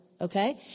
okay